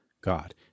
God